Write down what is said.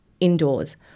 indoors